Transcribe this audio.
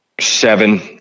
seven